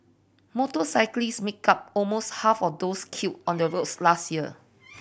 motorcyclist make up almost half of those killed on the roads last year